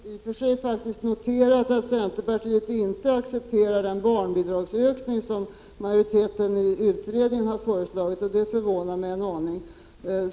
Herr talman! Jag har i och för sig noterat att centerpartiet inte accepterar den barnbidragsökning som majoriteten i utredningen har föreslagit, och det förvånar mig en aning.